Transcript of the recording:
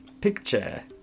picture